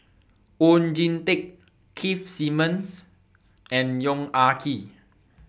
Oon Jin Teik Keith Simmons and Yong Ah Kee